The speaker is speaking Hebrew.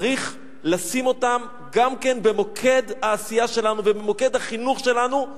צריך לשים אותם גם כן במוקד העשייה שלנו ובמוקד החינוך שלנו,